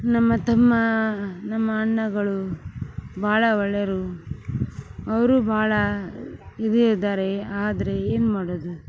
ನಮ್ಮ ತಮ್ಮ ನಮ್ಮ ಅಣ್ಣಗಳು ಭಾಳ ಒಳ್ಳೆಯವರು ಅವರು ಭಾಳ ಇದು ಇದ್ದಾರೆ ಆದರೆ ಏನು ಮಾಡೋದು